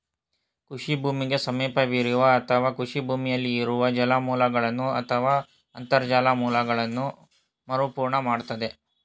ಕೃಷಿ ಭೂಮಿಗೆ ಸಮೀಪವಿರೋ ಅಥವಾ ಕೃಷಿ ಭೂಮಿಯಲ್ಲಿ ಇರುವ ಜಲಮೂಲಗಳನ್ನು ಅಥವಾ ಅಂತರ್ಜಲ ಮೂಲಗಳನ್ನ ಮರುಪೂರ್ಣ ಮಾಡ್ತದೆ